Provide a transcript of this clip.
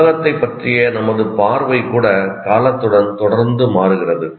உலகத்தைப் பற்றிய நமது பார்வை கூட காலத்துடன் தொடர்ந்து மாறுகிறது